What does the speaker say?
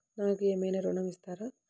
నాకు ఏమైనా ఋణం ఇస్తారా?